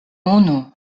unu